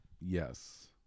yes